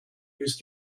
used